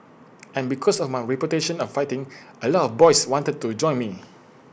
and because of my reputation of fighting A lot of boys wanted to join me